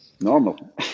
Normal